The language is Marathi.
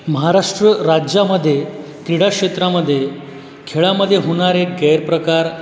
महाराष्ट्र राज्यामध्ये क्रीडाक्षेत्रामध्ये खेळामध्ये होणारे गैरप्रकार